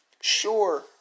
Sure